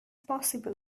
possible